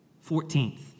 Fourteenth